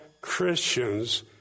Christians